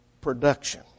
Production